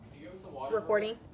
recording